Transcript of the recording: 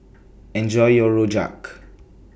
Enjoy your Rojak